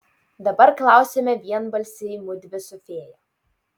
dabar klausiame vienbalsiai mudvi su fėja